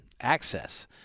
Access